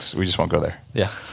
we just won't go there yeah